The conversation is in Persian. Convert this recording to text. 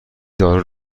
دارو